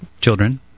Children